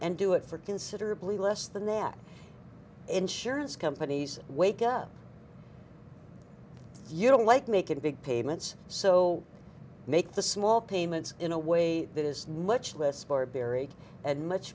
and do it for considerably less than that insurance companies wake up you know like making big payments so make the small payments in a way that is know much less barbaric and much